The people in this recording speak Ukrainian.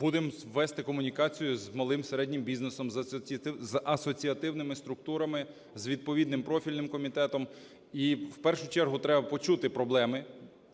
Будемо вести комунікацію з малим і середнім бізнесом, з асоціативними структурами, з відповідним профільним комітетом. І в першу чергу треба почути проблеми